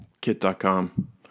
kit.com